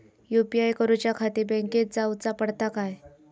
UPI करूच्याखाती बँकेत जाऊचा पडता काय?